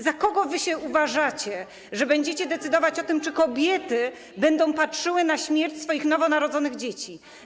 Za kogo wy się uważacie, że będziecie decydować o tym, czy kobiety będą patrzyły na śmierć swoich nowo narodzonych dzieci?